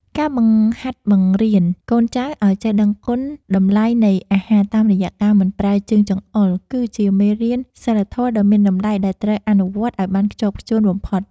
ការបង្ហាត់បង្រៀនកូនចៅឱ្យចេះដឹងពីគុណតម្លៃនៃអាហារតាមរយៈការមិនប្រើជើងចង្អុលគឺជាមេរៀនសីលធម៌ដ៏មានតម្លៃដែលត្រូវអនុវត្តឱ្យបានខ្ជាប់ខ្ជួនបំផុត។